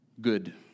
good